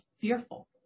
fearful